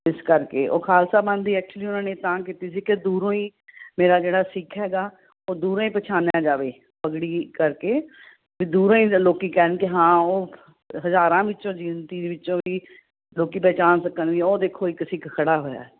ਇਸ ਕਰਕੇ ਉਹ ਖਾਲਸਾ ਪੰਥ ਦੀ ਐਕਚੁਲੀ ਉਹਨਾਂ ਨੇ ਤਾਂ ਕੀਤੀ ਸੀ ਕਿ ਦੂਰੋਂ ਹੀ ਮੇਰਾ ਜਿਹੜਾ ਸਿੱਖ ਹੈਗਾ ਉਹ ਦੂਰੋਂ ਹੀ ਪਹਿਚਾਣਿਆ ਜਾਵੇ ਪਗੜੀ ਕਰਕੇ ਵੀ ਦੂਰੋ ਹੀ ਲੋਕ ਕਹਿਣ ਕਿ ਹਾਂ ਉਹ ਹਜ਼ਾਰਾਂ ਵਿੱਚੋਂ ਗਿਣਤੀ ਦੇ ਵਿੱਚੋਂ ਵੀ ਲੋਕ ਪਹਿਚਾਣ ਸਕਣ ਵੀ ਉਹ ਦੇਖੋ ਇੱਕ ਸਿੱਖ ਖੜਾ ਹੋਇਆ ਹੈ